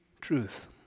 truth